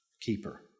keeper